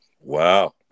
Wow